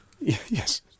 Yes